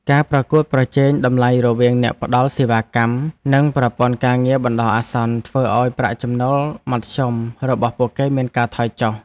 ការប្រកួតប្រជែងតម្លៃរវាងអ្នកផ្តល់សេវាកម្មក្នុងប្រព័ន្ធការងារបណ្ដោះអាសន្ន ធ្វើឱ្យប្រាក់ចំណូលមធ្យមរបស់ពួកគេមានការថយចុះ។